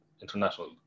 international